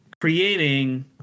creating